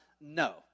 no